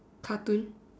cartoon